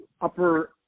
upper